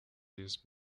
these